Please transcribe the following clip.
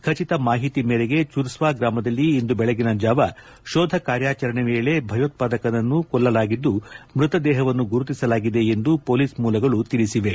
ಖಚಿತ ಮಾಹಿತಿ ಮೇರೆಗೆ ಚುರ್ಸ್ವಾ ಗ್ರಾಮದಲ್ಲಿ ಇಂದು ಬೆಳಗಿನ ಜಾವ ಶೋಧ ಕಾರ್ಯಾಚರಣೆ ವೇಳೆ ಭಯೋತ್ಪಾದಕ ಹತನಾಗಿದ್ದು ಮೃತದೇಹವನ್ನು ಗುರುತಿಸಲಾಗಿದೆ ಎಂದು ಪೊಲೀಸ್ ಮೂಲಗಳು ತಿಳಿಸಿವೆ